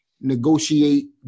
negotiate